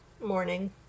Morning